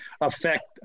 affect